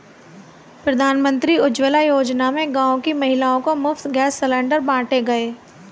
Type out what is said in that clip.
प्रधानमंत्री उज्जवला योजना में गांव की महिलाओं को मुफ्त गैस सिलेंडर बांटे गए